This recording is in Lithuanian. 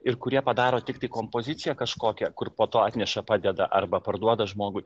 ir kurie padaro tiktai kompoziciją kažkokią kur po to atneša padeda arba parduoda žmogui